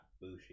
BUSHI